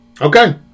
Okay